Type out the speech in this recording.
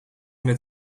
met